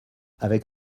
avec